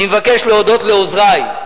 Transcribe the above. אני מבקש להודות לעוזרי,